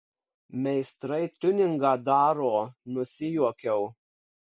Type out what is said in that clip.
meistrai tiuningą daro nusijuokiau